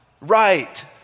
right